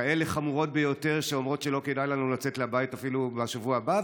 כאלה חמורות ביותר שאומרות שלא כדאי לנו לצאת מהבית אפילו בשבוע הבא,